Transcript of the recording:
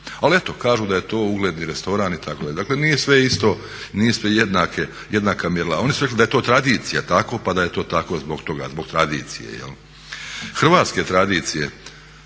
Ali eto, kažu da je to ugledni restoran itd. Dakle, nije sve isto, nije sve jednaka mjerila. Oni su rekli da je to tradicija tako, pa da je to tako zbog toga, zbog tradicije. Hrvatske tradicije,